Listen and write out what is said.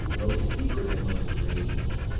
most secret, and most grave,